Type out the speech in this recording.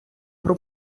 про